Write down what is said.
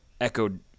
echoed